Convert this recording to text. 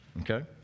Okay